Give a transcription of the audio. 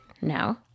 no